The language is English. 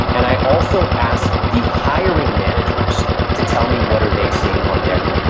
and i also asked the hiring managers to tell me, what are they seeing on there?